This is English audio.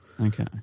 Okay